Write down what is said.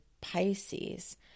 Pisces